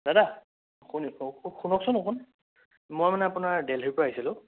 দাদা শুন শুনকচোন অকণ মই মানে আপোনাৰ দেলহীৰ পৰা আহিছিলোঁ